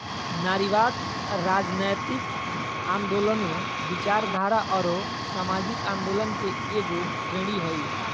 नारीवाद, राजनयतिक आन्दोलनों, विचारधारा औरो सामाजिक आंदोलन के एगो श्रेणी हइ